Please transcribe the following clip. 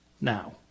now